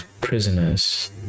prisoners